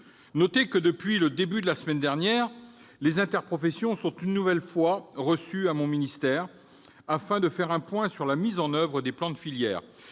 nouvelles. Depuis le début de la semaine dernière, les interprofessions sont une nouvelle fois reçues à mon ministère, afin de faire un point sur la mise en oeuvre des plans de filière,